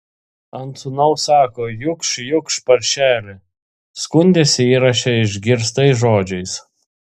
ant sūnaus sako jukš jukš paršeli skundėsi įraše išgirstais žodžiais